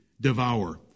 devour